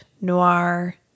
noir